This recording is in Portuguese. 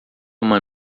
uma